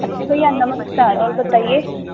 अरे भैया नमस्कार और बताइए